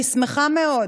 אני שמחה מאוד